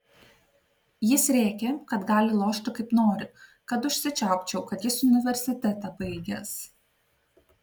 jis rėkė kad gali lošti kaip nori kad užsičiaupčiau kad jis universitetą baigęs